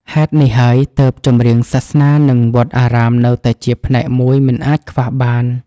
ហេតុនេះហើយ ទើបចម្រៀងសាសនា និងវត្តអារាមនៅតែជាផ្នែកមួយមិនអាចខ្វះបាន។